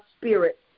spirit